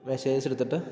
messages എടുത്തിട്ട്